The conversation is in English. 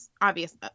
obvious